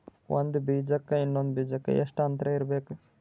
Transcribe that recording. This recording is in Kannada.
ಒಂದ್ ಬೀಜಕ್ಕ ಇನ್ನೊಂದು ಬೀಜಕ್ಕ ಎಷ್ಟ್ ಅಂತರ ಇರಬೇಕ್ರಿ?